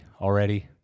already